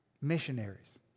missionaries